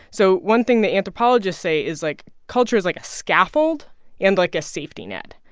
so one thing that anthropologists say is, like, culture is like a scaffold and like a safety net.